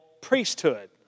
priesthood